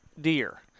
deer